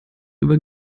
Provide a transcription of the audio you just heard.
über